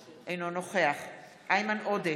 אינו נוכח איימן עודה,